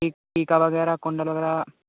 T टीका वगैरह कुंडल वगैरह